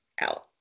out